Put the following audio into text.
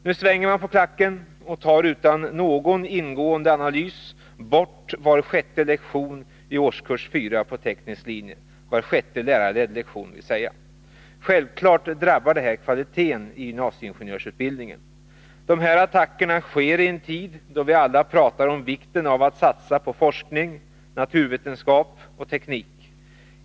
Nu svänger man på klacken och tar utan någon ingående analys bort var sjätte lärarledd lektion i årskurs 4 på teknisk linje. Självklart drabbar detta kvaliteten på denna utbildning. Den här attacken sker i en tid då vi alla pratar om vikten av att satsa på forskning, naturvetenskap och teknik.